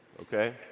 okay